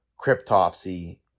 Cryptopsy